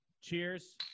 Cheers